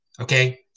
Okay